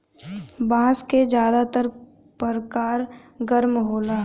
बांस क जादातर परकार गर्म होला